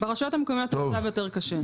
ברשויות המקומיות המצב יותר קשה.